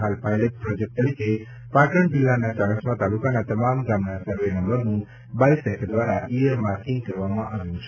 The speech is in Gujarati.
હાલ પાઇલટ પ્રોજેક્ટ તરીકે પાટણ જિલ્લાના ચાણસ્મા તાલુકાના તમામ ગામના સરવે નંબરોનું બાયગેસ દ્વારા ઇયર માર્કીંગ કરી દેવામાં આવ્યું છે